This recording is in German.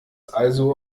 also